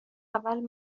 اول